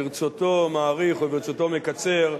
ברצותו מאריך וברצותו מקצר,